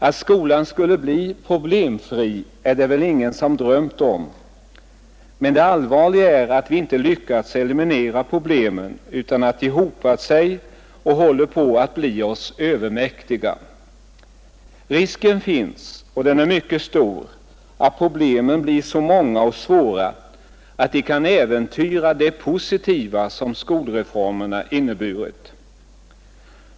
Att skolan skulle bli problemfri är det väl ingen som drömt om, men det allvarliga är att vi inte lyckats eliminera problemen utan att de hopat sig och håller på att bli oss övermäktiga. Risken finns — och den är mycket stor — att problemen blir så många 131 och svåra att de kan äventyra det positiva som skolreformerna har inneburit.